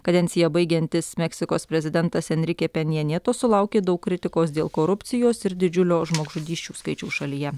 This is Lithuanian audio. kadenciją baigiantis meksikos prezidentas enrike penjeneto sulaukė daug kritikos dėl korupcijos ir didžiulio žmogžudysčių skaičiaus šalyje